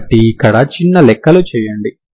కాబట్టి ఇక్కడ చిన్న లెక్కలు చేయండి